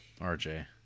RJ